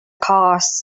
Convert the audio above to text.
costs